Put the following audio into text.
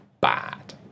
bad